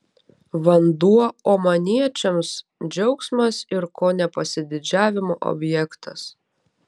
vanduo omaniečiams džiaugsmas ir kone pasididžiavimo objektas